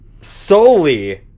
solely